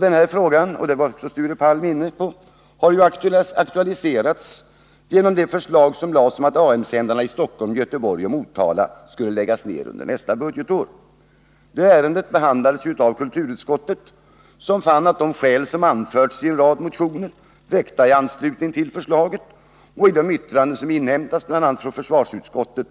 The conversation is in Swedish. Denna fråga — det var Sture Palm också inne på — har aktualiserats genom regeringens förslag att lägga ned AM-sändarna i Stockholm, Göteborg och Motala under nästa budgetår. Det ärendet behandlades i kulturutskottet, som fann att de skäl som anförts i en rad motioner, väckta i anslutning till förslaget, och i de yttranden som inhämtats, bl.a. från försvarsutskottet,